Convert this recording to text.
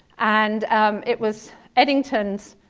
and it was eddington's